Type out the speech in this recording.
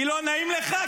כי לא נעים לך?